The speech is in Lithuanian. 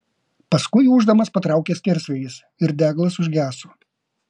paskui ūždamas patraukė skersvėjis ir deglas užgeso